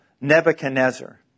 Nebuchadnezzar